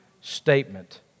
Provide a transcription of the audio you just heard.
statement